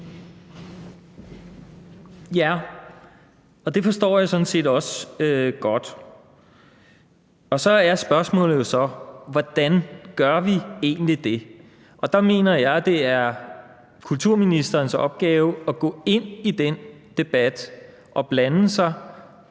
(V): Det forstår jeg sådan set også godt. Og så er spørgsmålet jo så: Hvordan gør vi egentlig det? Der mener jeg, at det er kulturministerens opgave at gå ind i den debat og blande sig,